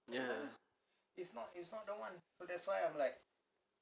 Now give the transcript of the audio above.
ya